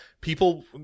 people